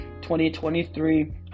2023